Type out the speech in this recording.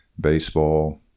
baseball